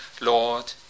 Lord